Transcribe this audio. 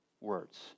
words